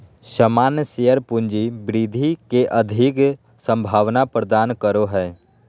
सामान्य शेयर पूँजी वृद्धि के अधिक संभावना प्रदान करो हय